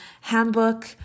handbook